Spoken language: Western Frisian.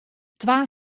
twa